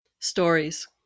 Stories